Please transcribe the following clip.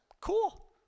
Cool